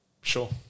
Sure